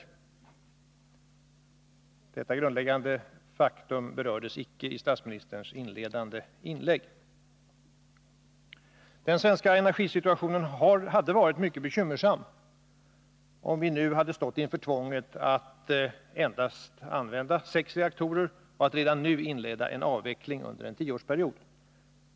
Detta grundläggande faktum berördes icke i statsministerns inledande inlägg. Den svenska energisituationen hade varit mycket bekymmersam, om vi nu hade stått inför tvånget att använda endast sex reaktorer och redan nu inleda en avveckling under en tioårsperiod.